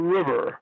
River